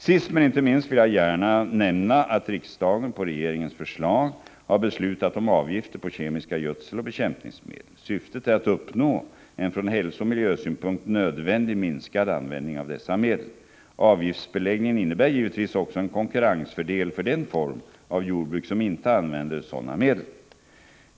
Sist men inte minst vill jag nämna att riksdagen på regeringens förslag har beslutat om avgifter på kemiska gödseloch bekämpningsmedel. Syftet är att uppnå en från hälsooch miljösynpunkt nödvändig minskad användning av dessa medel. Avgiftsbeläggningen innebär givetvis också en konkurrensfördel för den form av jordbruk som inte använder sådana medel.